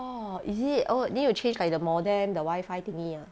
is it oh then you change like the modem the wifi thingy ah